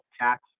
tax